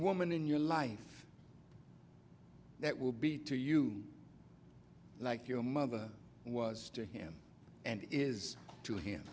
woman in your life that will be to you like your mother was to him and it is to h